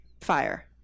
fire